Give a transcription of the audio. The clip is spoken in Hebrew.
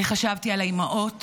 אני חשבתי על האימהות